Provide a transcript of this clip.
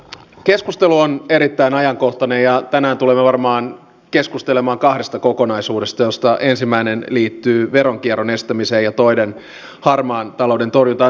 keskustelu on erittäin ajankohtainen ja tänään tulemme varmaan keskustelemaan kahdesta kokonaisuudesta joista ensimmäinen liittyy veronkierron estämiseen ja toinen harmaan talouden torjuntaan